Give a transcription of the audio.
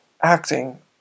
acting